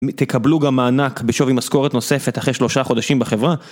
תקבלו גם מענק בשווי משכורת נוספת אחרי שלושה חודשים בחברה.